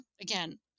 again